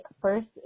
first